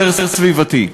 יותר סביבתי.